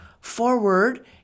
forward